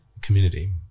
community